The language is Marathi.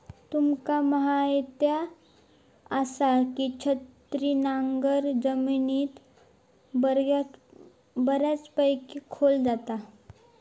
तुमका म्हायत आसा, की छिन्नी नांगर जमिनीत बऱ्यापैकी खोल जाता